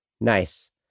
Nice